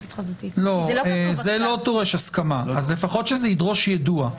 זה לא דורש הסכמה, אז לפחות שזה ידרוש יידוע.